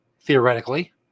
theoretically